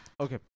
Okay